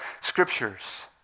scriptures